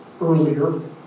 earlier